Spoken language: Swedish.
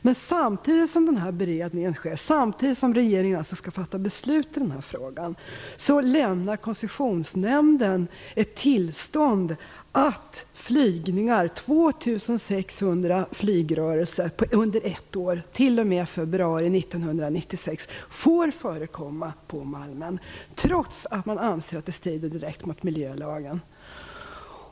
Men samtidigt som den här beredningen sker, samtidigt som regeringen skall fatta beslut i den här frågan, lämnar Koncessionsnämnden tillstånd till att 2 600 flygrörelser under ett år, t.o.m. februari 1996, får förekomma på Malmen. Detta sker trots att man anser att det strider direkt mot miljölagen.